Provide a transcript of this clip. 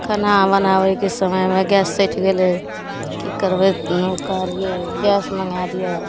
खाना बनाबैके समयमे गैस सठि गेलै कि करबै हम कहलिए गैस मँगै दिअऽ